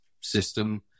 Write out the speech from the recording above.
system